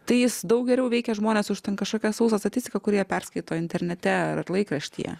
tai jis daug geriau veikia žmones už ten kažkokią sausą statistiką kur jie perskaito internete ar laikraštyje